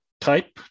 type